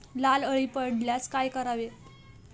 लाल अळी पडल्यास काय करावे?